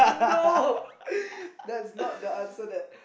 no that's not the answer that